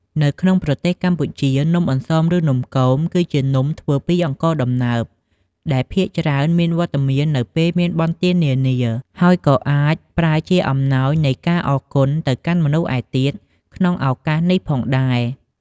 នៅក្នុងប្រទេសកម្ពុជា នំអន្សម ឬ នំគមគឺជានំធ្វើពីអង្ករដំណើប ដែលភាគច្រើនមានវត្តមាននៅពេលមានបុណ្យទាននានា ហើយក៏អាចប្រើជាអំណោយនៃការអរគុណទៅកាន់មនុស្សឯទៀតក្នុងឱកាសនេះផងដែរ។